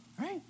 right